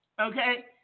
Okay